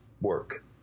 work